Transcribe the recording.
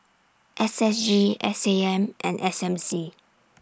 S S G S A M and S M C